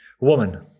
Woman